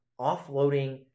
Offloading